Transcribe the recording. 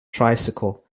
tricycle